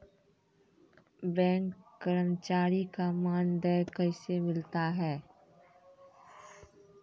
Bank कर्मचारी का मानदेय कैसे मिलता हैं?